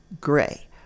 gray